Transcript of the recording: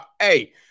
hey